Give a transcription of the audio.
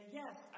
yes